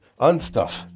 unstuff